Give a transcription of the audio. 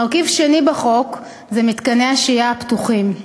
מרכיב שני בחוק הוא מתקני השהייה הפתוחים.